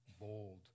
bold